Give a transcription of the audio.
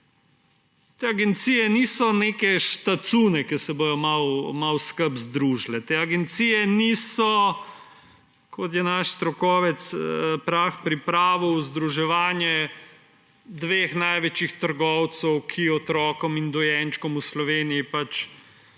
Te agencije niso neke štacune, ki se bodo malo skupaj združile. Te agencije niso, kot je naš strokovec Prah pripravil, združevanje dveh največjih trgovcev, ki otrokom in dojenčkom v Sloveniji in